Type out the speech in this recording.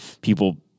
people